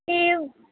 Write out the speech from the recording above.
ਕੀ